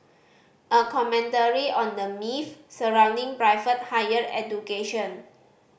a commentary on the myths surrounding private higher education